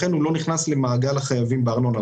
הוא לא נכנס למעגל החייבים בארנונה.